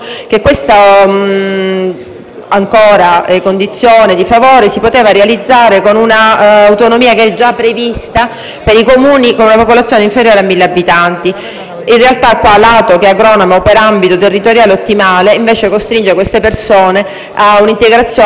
questa condizione di favore si potesse realizzare con un'autonomia già prevista per i Comuni con popolazione inferiore a 1.000 abitanti. In realtà, in questo caso l'ambito territoriale ottimale (ATO) costringe queste persone a un'integrazione che di fatto risulta impossibile